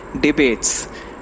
debates